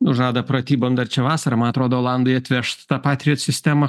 žada pratybom dar čia vasarą man atrodo olandai atvešt tą patriot sistemą